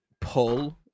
pull